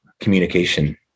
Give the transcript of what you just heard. communication